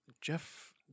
Jeff